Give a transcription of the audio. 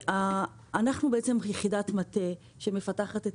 אנחנו בעצם יחידת מטה שמפתחת את